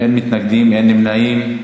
אין מתנגדים, אין נמנעים.